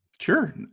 Sure